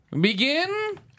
begin